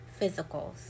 physicals